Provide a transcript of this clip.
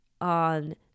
on